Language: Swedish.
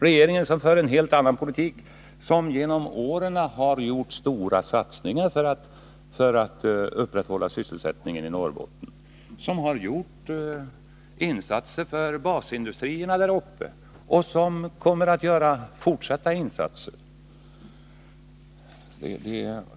Regeringen för en helt annan politik och har genom åren gjort stora satsningar för att upprätthålla sysselsättningen i Norrbotten. Regeringen har gjort insatser för basindustrierna där uppe och kommer att fortsätta insatserna.